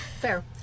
Fair